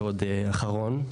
ועוד אחרון.